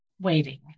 waiting